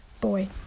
Boy